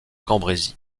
cambrésis